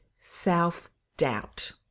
self-doubt